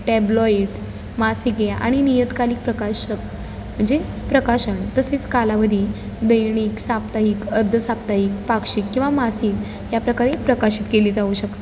tabloid मासिके आणि नियतकालिक प्रकाशक म्हणजे प्रकाशन तसेच कालावधी दैनिक साप्ताहिक अर्ध साप्ताहिक पाक्षिक किंवा मासिक याप्रकारे प्रकाशित केली जाऊ शकतात